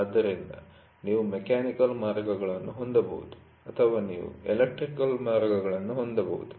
ಆದ್ದರಿಂದ ನೀವು ಮೆಕ್ಯಾನಿಕಲ್ ಮಾರ್ಗವನ್ನು ಹೊಂದಬಹುದು ಅಥವಾ ನೀವು ಎಲೆಕ್ಟ್ರಿಕಲ್ ಮಾರ್ಗವನ್ನು ಹೊಂದಬಹುದು